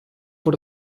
voor